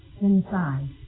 Inside